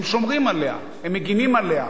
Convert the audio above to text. הם שומרים עליה, הם מגינים עליה,